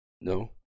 no